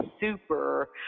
super